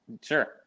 Sure